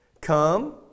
Come